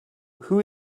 who